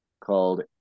called